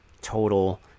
total